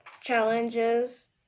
challenges